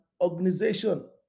organization